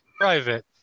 Private